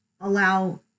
allow